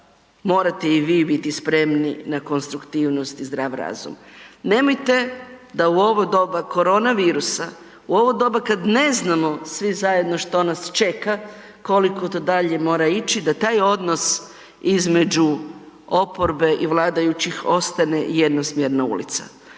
morate i vi biti spremni na konstruktivnost i zdrav razum. Nemojte da u ovo doba koronavirusa, u ovo doba kad ne znamo svi zajedno što nas čeka, koliko to dalje mora ići, da taj odnos između oporbe i vladajućih ostane jednosmjerna ulica.